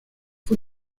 fue